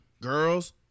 girls